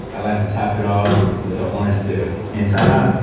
i like to top it off with an orange peel. and ta-da,